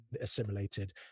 assimilated